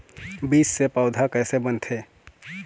बीज से पौधा कैसे बनथे?